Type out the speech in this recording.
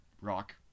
rock